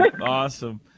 awesome